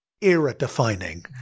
era-defining